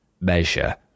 measure